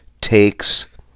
takes